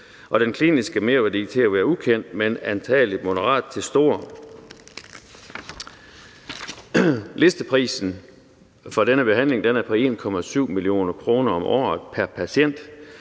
den kliniske merværdi til at være ukendt, men antagelig moderat til stor. Listeprisen for denne behandling er 1,7 mio. kr. om året pr. patient,